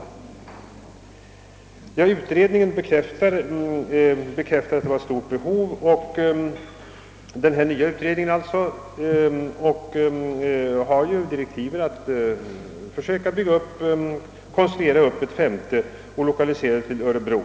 Den nya utredningen, som bekräftat att det föreligger ett stort behov av socionomutbildning, har enligt sina direktiv haft att undersöka möjligheterna att förlägga en femte socialhögskola till Örebro.